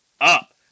up